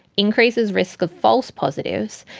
increases risk of false positives,